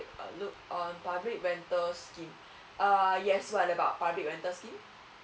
look on public rental scheme uh yes what about public rental scheme